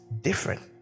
different